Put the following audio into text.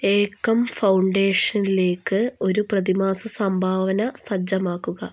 ഏകം ഫൗണ്ടേഷനിലേക്ക് ഒരു പ്രതിമാസ സംഭാവന സജ്ജമാക്കുക